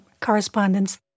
correspondence